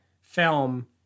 film